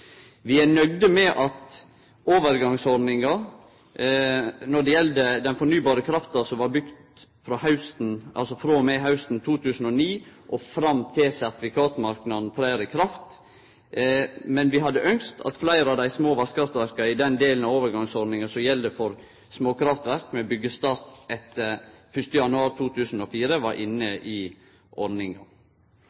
Vi er nøgde med utforminga av overgangsordninga når det gjeld dei fornybar kraft-verka som blir bygde i perioden frå hausten 2009 og fram til sertifikatmarknaden tek til å gjelde, men vi hadde ynskt fleire av dei små vasskraftverka inn i den delen av overgangsordninga som gjeld for småkraftverk med byggjestart etter 1. januar 2004.